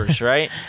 right